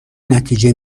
نتیجه